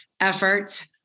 effort